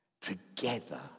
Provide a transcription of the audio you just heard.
together